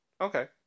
Okay